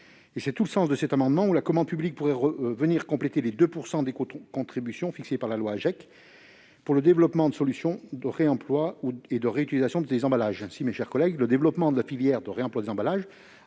ne sont qu'au début de leur évolution. La commande publique pourrait compléter les 2 % d'écocontribution fixés dans la loi AGEC pour le développement de solutions de réemploi et de réutilisation des emballages. Ainsi, mes chers collègues, le développement de la filière de réemploi des emballages,